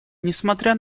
несмотря